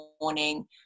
morning